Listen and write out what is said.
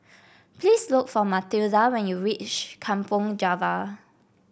please look for Mathilda when you reach Kampong Java